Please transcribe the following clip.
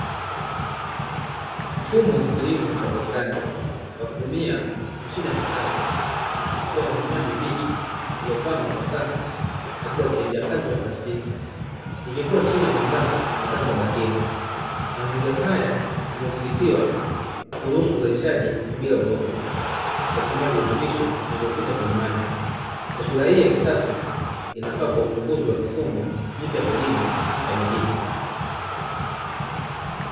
Mfumo wa kilimo cha bustani kwa kutumia mashine ya kisasa, ikiwa na mimea mibichi iliyopangwa kwa safu katika vitendea kazi vya plastiki, ikikua chini ya mwangaza wa taa za bandia. Mazingira haya yanayodhibitiwa huruhusu uzalishaji wa bila udongo, kwa kutumia virutubisho vinavyopita kwenye maji. Taswira hii ya kisasa inafaa kwa uchunguzi wa mifumo mipya ya kilimo cha mijini.